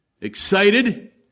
excited